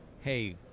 hey